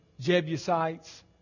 Jebusites